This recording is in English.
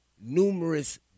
numerous